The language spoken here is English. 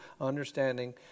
understanding